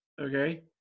okay